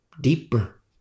deeper